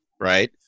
right